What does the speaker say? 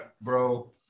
bro